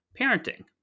parenting